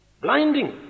Blinding